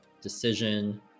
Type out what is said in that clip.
decision